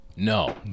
No